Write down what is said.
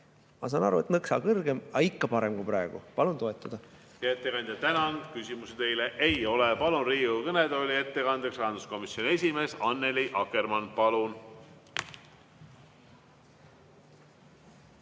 Ma saan aru, et nõksa kõrgem, aga ikka parem kui praegu. Palun toetada! Hea ettekandja, tänan! Küsimusi teile ei ole. Palun Riigikogu kõnetooli ettekandeks rahanduskomisjoni esimehe Annely Akkermanni. Palun!